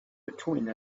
between